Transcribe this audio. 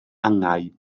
angau